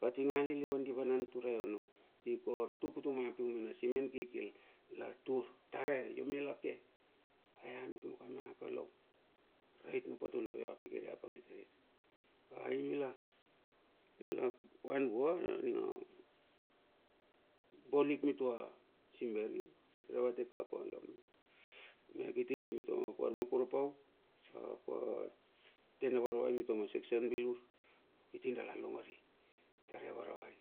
Atinge a lilivan di vana turae ono, i kor tuk utu piu mena simen kikil latur, tare iome lake. Ai a nuknuk kama kalao, o rait no patu no ve va pikire apang tari kuti. Ai mila. la van vua ai ai aninga bolik mitua simberi, irarate kapa la mep ame kiti mitua ma papar makurapau tena varavai mitua ma section bilur, kiti dala longorei tar ia varavai.